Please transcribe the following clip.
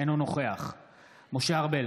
אינו נוכח משה ארבל,